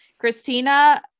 Christina